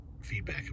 feedback